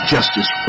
Justice